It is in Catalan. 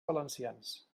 valencians